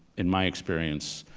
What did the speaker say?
in my experience,